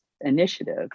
initiative